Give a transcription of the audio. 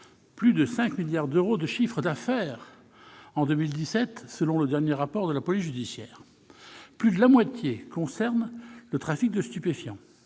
plus de 5 milliards d'euros de chiffre d'affaires en 2017, selon le dernier rapport de la police judiciaire. Plus de la moitié concerne le trafic de stupéfiants.